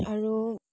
আৰু